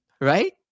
Right